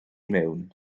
mewn